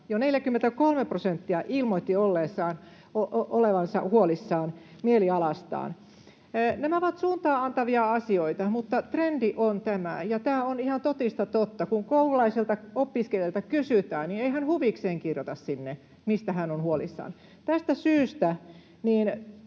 ilmoitti olevansa huolissaan mielialastaan. Nämä ovat suuntaa-antavia asioita, mutta trendi on tämä. Tämä on ihan totista totta. Kun koululaiselta tai opiskelijalta kysytään, niin ei hän huvikseen kirjoita sinne, mistä hän on huolissaan. Tästä syystä